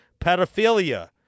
pedophilia